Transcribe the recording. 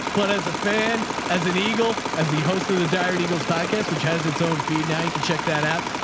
but as a fan, as an eagle, as the host of the diary eagles podcast, which has its own feed. now you can check that out.